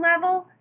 level